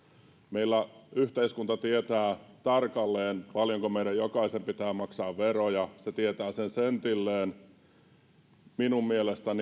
meillä yhteiskunta tietää tarkalleen paljonko meidän jokaisen pitää maksaa veroja se tietää sen sentilleen minun mielestäni näistä